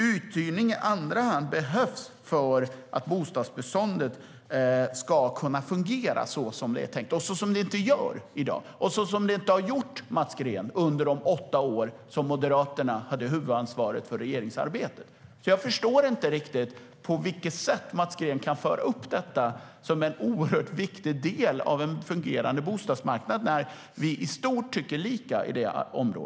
Uthyrning i andra hand behövs för att bostadsbeståndet ska kunna fungera såsom det är tänkt men som det inte gör i dag och såsom det inte har gjort, Mats Green, under de åtta år som Moderaterna hade huvudansvaret för regeringsarbetet. Jag förstår därför inte på vilket sätt Mats Green kan föra upp detta som en oerhört viktig del av en fungerande bostadsmarknad när vi i stort tycker likadant på detta område.